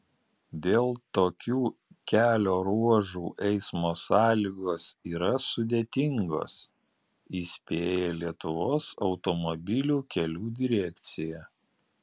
dėl tokių kelio ruožų eismo sąlygos yra sudėtingos įspėja lietuvos automobilių kelių direkcija